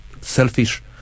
selfish